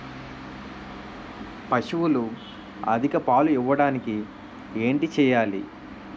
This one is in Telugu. పశువులు అధిక పాలు ఇవ్వడానికి ఏంటి చేయాలి